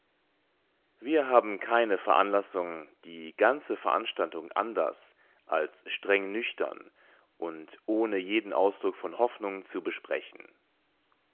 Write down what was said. wir haben keine veranlassung die ganze veranstaltung anders als streng nüchtern und ohne jeden ausdruck von hoffnung zu besprechen